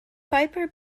piper